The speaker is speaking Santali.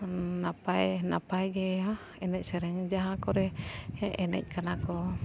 ᱱᱟᱯᱟᱭ ᱱᱟᱯᱟᱭ ᱜᱮᱭᱟ ᱮᱱᱮᱡ ᱥᱮᱨᱮᱧ ᱡᱟᱦᱟᱸ ᱠᱚᱨᱮ ᱮᱱᱮᱡ ᱠᱟᱱᱟ ᱠᱚ